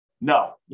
No